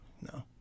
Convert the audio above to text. No